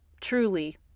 truly